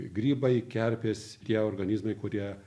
grybai kerpės tie organizmai kurie